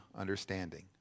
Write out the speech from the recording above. understanding